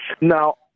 Now